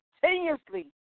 continuously